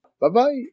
bye-bye